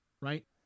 right